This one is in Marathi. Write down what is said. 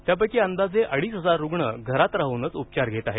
त्यापैकी अंदाजे अडीच हजार रुग्ण घरात राहूनच उपचार घेत आहेत